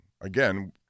again